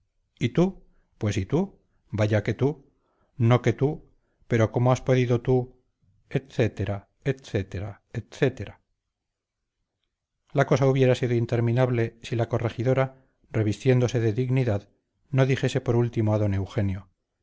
y tú pues y tú vaya que tú no que tú pero cómo has podido tú etcétera etcétera etcétera la cosa hubiera sido interminable si la corregidora revistiéndose de dignidad no dijese por último a don eugenio